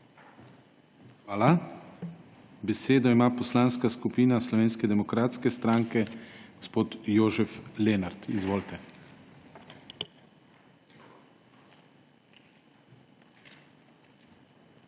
skupin. Besedo ima Poslanska skupina Slovenske demokratske stranke, gospod Jožef Lenart. Izvolite.